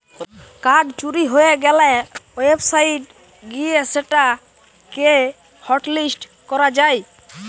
card চুরি হয়ে গ্যালে ওয়েবসাইট গিয়ে সেটা কে হটলিস্ট করা যায়